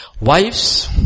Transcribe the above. Wives